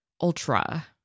Ultra